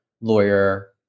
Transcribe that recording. lawyer